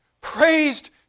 praised